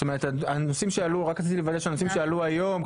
זאת אומרת רק רציתי לוודא שהנושאים שעלו היום.